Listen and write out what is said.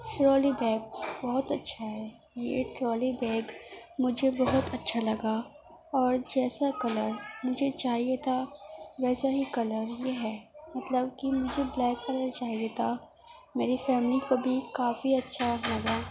trolley bag بہت اچھا ہے یہ ٹرالی بیگ مجھے بہت اچھا لگا اور جیسا کلر مجھے چاہیے تھا ویسا ہی کلر یہ ہے مطلب کہ مجھے بلیک کلر چاہیے تھا میری فیملی کو بھی کافی اچھا لگا